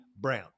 brown